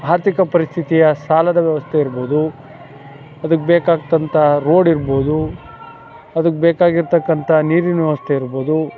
ಆರ್ಥಿಕ ಪರಿಸ್ಥಿಯ ಸಾಲದ ವ್ಯವಸ್ಥೆ ಇರ್ಬೋದು ಅದಕ್ಕೆ ಬೇಕಾಗ್ತಂಥ ರೋಡಿರ್ಬೋದು ಅದಕ್ಕೆ ಬೇಕಾಗಿರ್ತಕಂಥ ನೀರಿನ ವ್ಯವಸ್ಥೆ ಇರ್ಬೋದು